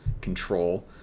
control